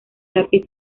lápiz